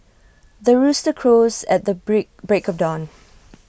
the rooster crows at the break break of dawn